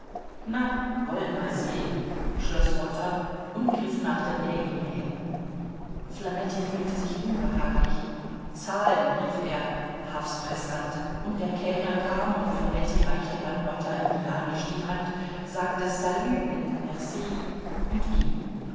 na wollen mal sehen schloß rotter und griff nach der daily mail flametti fühlte sich unbehaglich zahlen rief er hab's pressant und der kellner kam und flametti reichte herrn rotter indianisch die hand sagte salü und merci und ging